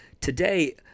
today